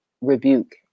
rebuke